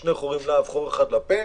עם שני חורים לאף וחור אחד לפה,